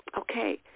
okay